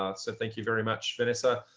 ah so thank you very much, vanessa.